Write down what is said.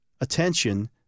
attention